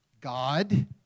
God